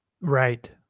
Right